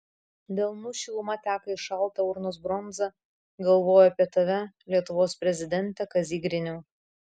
delnų šiluma teka į šaltą urnos bronzą galvoju apie tave lietuvos prezidente kazy griniau